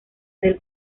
del